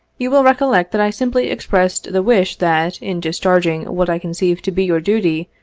you will recollect that i simply expressed the wish that, in discharg ing what i conceived to be your duty,